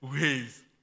ways